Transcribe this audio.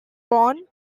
born